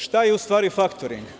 Šta je u stvari faktoring?